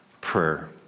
prayer